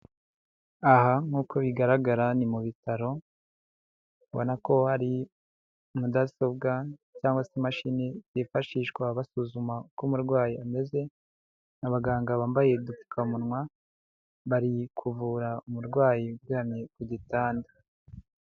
Aha nkuko bigaragara ni mu bitaro ubona ko hari mudasobwa cyangwa se imashini byifashishwa basuzuma uko umurwayi ameze abaganga bambaye udupfukamunwa bari kuvura umurwayi uryamye ku gitanda.